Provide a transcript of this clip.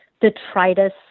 detritus